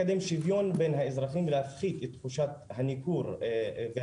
על מנת לקדם שוויון בין האזרחים ולהדחיק את תחושת הניכור והזרות,